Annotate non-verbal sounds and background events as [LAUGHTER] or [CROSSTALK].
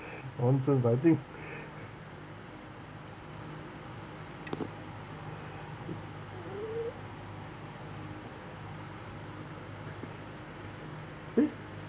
[BREATH] nonsense I think [BREATH] eh